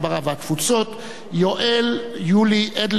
לשר ההסברה והתפוצות יולי יואל אדלשטיין.